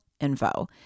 info